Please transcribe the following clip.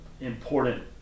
important